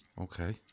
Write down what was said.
Okay